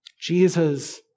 Jesus